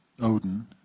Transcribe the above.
Odin